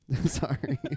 Sorry